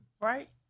right